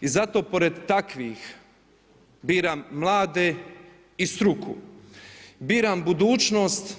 I zato pored takvih biram mlade i struku, biram budućnost,